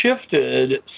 shifted